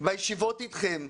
בישיבות אתכם,